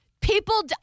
People